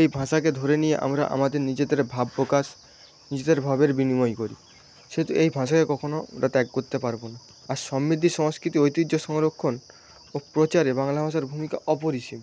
এই ভাষাকে ধরে নিয়ে আমরা আমাদের নিজেদের ভাবপ্রকাশ নিজেদের ভাবের বিনিময় করি সেহেতু এই ভাষাকে কখনো আমরা ত্যাগ করতে পারবনা আর সমৃদ্ধি সংস্কৃতি ও ঐতিহ্য সংরক্ষণ ও প্রচারে বাংলা ভাষার ভূমিকা অপরিসীম